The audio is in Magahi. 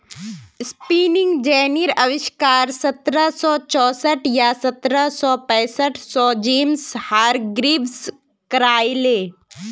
स्पिनिंग जेनीर अविष्कार सत्रह सौ चौसठ या सत्रह सौ पैंसठ त जेम्स हारग्रीव्स करायले